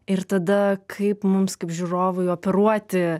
ir tada kaip mums kaip žiūrovui operuoti